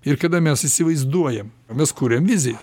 ir kada mes įsivaizduojam mes kuriam viziją